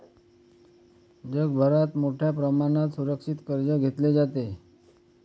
जगभरात मोठ्या प्रमाणात सुरक्षित कर्ज घेतले जाते